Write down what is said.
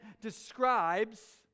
describes